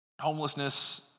homelessness